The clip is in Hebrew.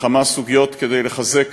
לכמה סוגיות, כדי לחזק